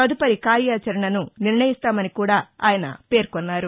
తదుపరి కార్యాచరణను నిర్ణయిస్తామని కూడా ఆయన పేర్కొన్నారు